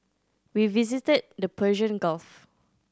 we visited the Persian Gulf